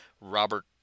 Robert